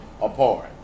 apart